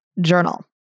journal